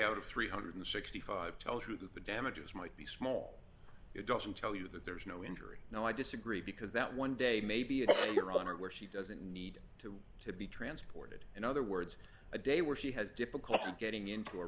out of three hundred and sixty five dollars tells you that the damages might be small it doesn't tell you that there's no injury no i disagree because that one day maybe a year on where she doesn't need to to be transported in other words a day where she has difficulty getting into a